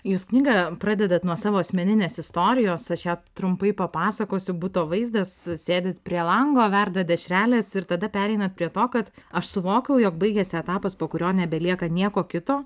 jūs knygą pradedat nuo savo asmeninės istorijos aš ją trumpai papasakosiu buto vaizdas sėdit prie lango verda dešrelės ir tada pereinat prie to kad aš suvokiau jog baigėsi etapas po kurio nebelieka nieko kito